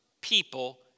people